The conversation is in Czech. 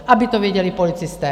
Aby to věděli policisté.